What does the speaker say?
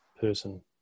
person